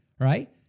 right